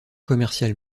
commerciales